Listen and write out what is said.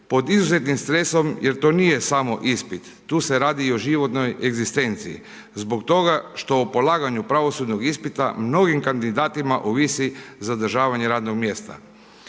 pod izuzetnim stresom, jer to nije samo ispit, tu se radi i o životnoj egzistenciji, zbog toga što o polaganju pravosudnog ispita, mnogim kandidatima, ovisi zadržavanje radnog mjesta.